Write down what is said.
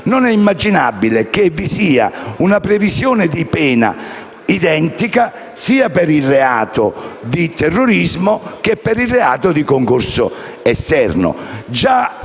Lo Giudice - che vi sia una previsione di pena identica sia per il reato di terrorismo che per il reato di concorso esterno.